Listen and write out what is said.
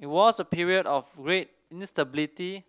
it was a period of great instability